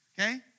okay